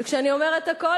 וכשאני אומרת הכול,